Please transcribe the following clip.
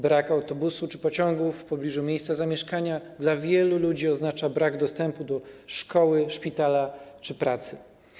Brak autobusu czy pociągu w pobliżu miejsca zamieszkania dla wielu ludzi oznacza brak dostępu do szkoły, szpitala czy pracy.